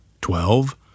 Twelve